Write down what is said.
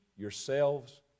Yourselves